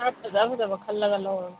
ꯈꯔ ꯐꯖ ꯐꯖꯕ ꯈꯜꯂꯒ ꯂꯧꯔꯒꯦ